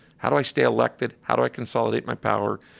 how do i stay elected? how do i consolidate my power?